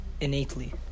innately